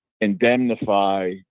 indemnify